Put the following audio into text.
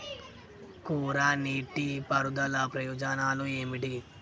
కోరా నీటి పారుదల ప్రయోజనాలు ఏమిటి?